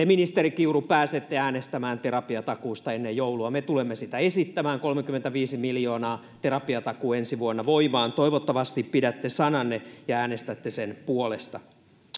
ministeri kiuru te pääsette äänestämään terapiatakuusta ennen joulua me tulemme sitä esittämään terapiatakuu kolmekymmentäviisi miljoonaa ensi vuonna voimaan toivottavasti pidätte sananne ja äänestätte sen puolesta